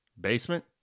basement